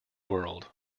world